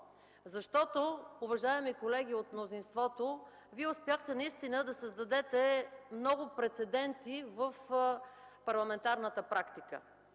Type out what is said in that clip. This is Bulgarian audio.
Уважаеми колеги от мнозинството, Вие успяхте да създадете много прецеденти в парламентарната практика.